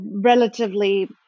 relatively